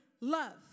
love